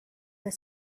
put